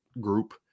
group